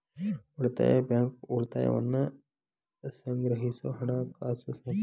ಉಳಿತಾಯ ಬ್ಯಾಂಕ್, ಉಳಿತಾಯವನ್ನ ಸಂಗ್ರಹಿಸೊ ಹಣಕಾಸು ಸಂಸ್ಥೆ